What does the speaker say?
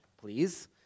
please